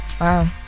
Wow